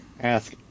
ask